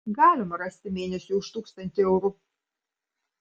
galima rasti mėnesiui už tūkstantį eurų